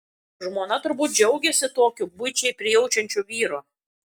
žmona turbūt džiaugiasi tokiu buičiai prijaučiančiu vyru